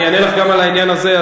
אני אענה לך גם על העניין הזה.